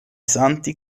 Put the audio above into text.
santi